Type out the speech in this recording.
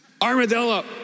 armadillo